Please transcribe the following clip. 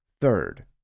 Third